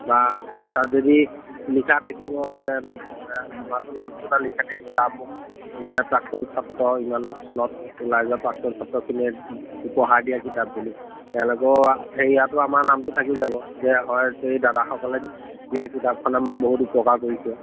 বা তাত যদি লিখা থাকিব যেন মানে আমাৰটো নামটো তাত লিখা থাকিব যে আমুক মানে প্ৰাক্তন ছাত্ৰ ইমান চনত ওলাই যোৱা প্ৰাক্তন ছাত্ৰখিনিয়ে উপহাৰ দিয়া কিতাপ বুলি তেওঁলোকে হেৰিয়াতো আমাৰ নামটো থাকি যাব যে হয় সেই দাদাসকলে দিয়া কিতাপখনে মোক বহুত উপকাৰ কৰিছে